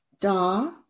Da